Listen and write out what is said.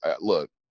Look